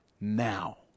now